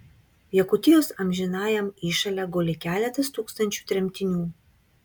jakutijos amžinajam įšale guli keletas tūkstančių tremtinių